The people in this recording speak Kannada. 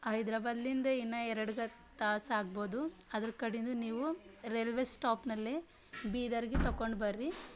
ಹೈದ್ರಾಬಾದಿಂದ ಇನ್ನೂ ಎರಡು ತಾಸು ಆಗ್ಬೋದು ಅದ್ರ ಕಡಿಂದು ನೀವು ರೈಲ್ವೇ ಸ್ಟಾಪ್ನಲ್ಲಿ ಬೀದರ್ಗೆ ತಕೊಂಡು ಬರ್ರಿ